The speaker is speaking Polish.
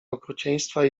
okrucieństwa